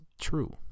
true